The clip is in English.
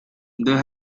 they